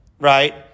right